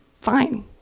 fine